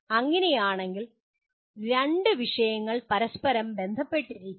അങ്ങനെയാണ് രണ്ട് വിഷയങ്ങൾ പരസ്പരം ബന്ധപ്പെട്ടിരിക്കുന്നത്